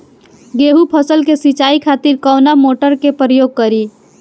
गेहूं फसल के सिंचाई खातिर कवना मोटर के प्रयोग करी?